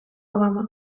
obama